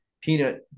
peanut